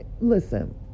Listen